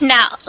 Now